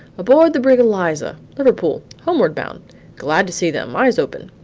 aboard the brig eliza, liverpool, homeward bound glad to see them eyes open.